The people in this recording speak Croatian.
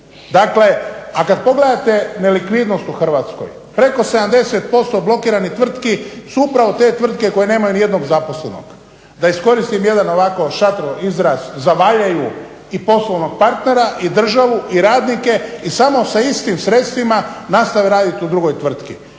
su ti. A kad pogledate nelikvidnost u Hrvatskoj, preko 70% blokiranih tvrtki su upravo te tvrtke koje nemaju nijednog zaposlenog. Da iskoristim jedan ovako šatro izraz, zavaljaju i poslovnog partnera i državu i radnike i samo sa istim sredstvima nastave radit u drugoj tvrtki.